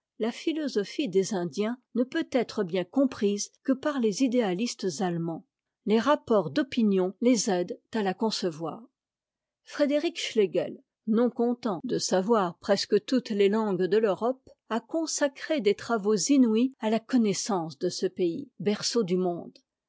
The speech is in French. là philosophie des indiens ne peut être bien comprise que par les idéalistes allemands les rapports d'opinion les aident à la concevoir frédéric schlegel non content de savoir près que toutes les langues de l'europe a consacré des travaux inouïs à la connaissance de ce pays berceau du monde